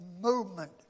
movement